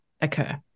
occur